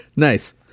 nice